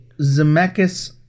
Zemeckis